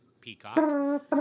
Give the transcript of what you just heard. Peacock